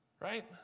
Right